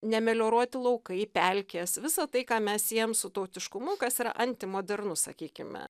nemelioruoti laukai pelkės visa tai ką mes siejam su tautiškumu kas yra antimodernu sakykime